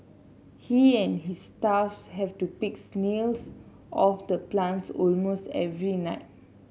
he and his staff have to picks off the plants almost every night